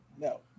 No